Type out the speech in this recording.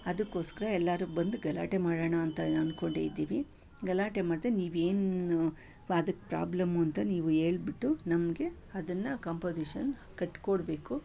ಅದಕ್ಕೋಸ್ಕರ ಎಲ್ಲರೂ ಬಂದು ಗಲಾಟೆ ಮಾಡೋಣ ಅಂತ ಅಂದ್ಕೊಂಡಿದ್ದೀವಿ ಗಲಾಟೆ ಮಾಡದೆ ನೀವೇನು ಅದಕ್ಕೆ ಪ್ರಾಬ್ಲಮ್ಮು ಅಂತ ನೀವು ಹೇಳ್ಬಿಟ್ಟು ನಮಗೆ ಅದನ್ನು ಕಾಂಪೋಸಿಷನ್ ಕಟ್ಕೊಡಬೇಕು